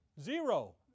Zero